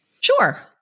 Sure